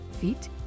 feet